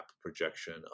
projection